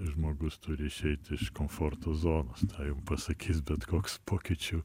žmogus turi išeit iš komforto zonos jum pasakys bet koks pokyčių